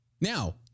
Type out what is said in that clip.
Now